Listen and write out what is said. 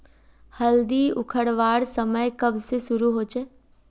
हल्दी उखरवार समय कब से शुरू होचए?